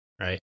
right